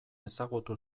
ezagutu